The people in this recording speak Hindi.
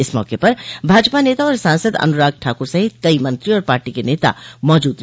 इस मौके पर भाजपा नेता और सांसद अनुराग ठाकुर सहित कई मंत्री और पार्टी के नेता मौजूद रहे